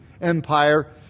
Empire